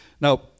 Now